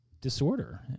disorder